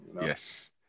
Yes